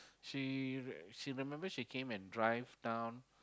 she she remember she came and drive down